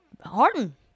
Harden